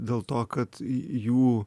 dėl to kad jų